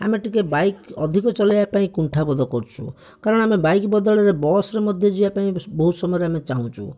ଆମେ ଟିକେ ବାଇକ ଅଧିକ ଚଲାଇବା ପାଇଁ କୁଣ୍ଠାବୋଧ କରୁଛୁ କାରଣ ଆମେ ବାଇକ ବଦଳରେ ବସ୍ରେ ମଧ୍ୟ ଯିବା ପାଇଁ ବହୁତ ସମୟରେ ଆମେ ଚାହୁଁଛୁ